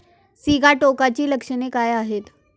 सिगाटोकाची लक्षणे काय आहेत?